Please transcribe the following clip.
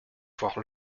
voir